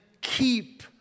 keep